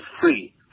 free